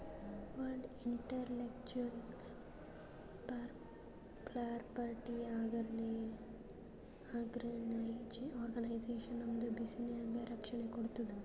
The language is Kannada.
ವರ್ಲ್ಡ್ ಇಂಟಲೆಕ್ಚುವಲ್ ಪ್ರಾಪರ್ಟಿ ಆರ್ಗನೈಜೇಷನ್ ನಮ್ದು ಬಿಸಿನ್ನೆಸ್ಗ ರಕ್ಷಣೆ ಕೋಡ್ತುದ್